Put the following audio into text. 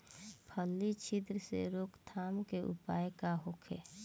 फली छिद्र से रोकथाम के उपाय का होखे?